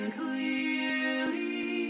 clearly